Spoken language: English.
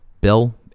bill